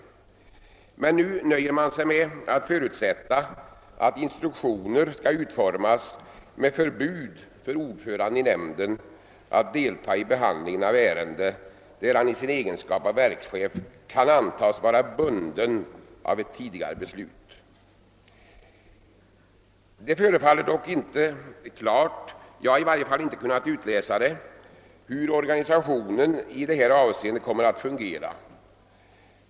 Utskottsmajoriteten nöjer sig emellertid med att förutsätta att instruktioner skall atformas med förbud för ordföranden i nämnden att deltaga i behandlingen av ärenden där han i sin egenskap av verkschef kan antas vara bunden av ett tidigare beslut. Det förefaller dock inte vara klart — jag har i varje fall inte kunnat utläsa det — hur organisationen i detta avseende kommer att fungera.